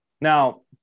Now